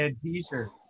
t-shirt